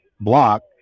block